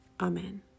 Amen